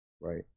Right